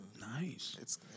Nice